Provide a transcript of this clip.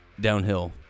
downhill